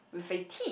with a T